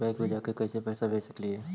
Bank मे जाके कैसे पैसा भेज सकली हे?